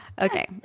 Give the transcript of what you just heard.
okay